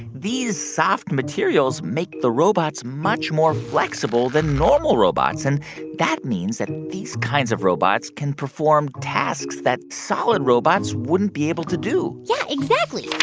these soft materials make the robots much more flexible than normal robots, and that means that these kinds of robots can perform tasks that solid robots wouldn't be able to do yeah, exactly.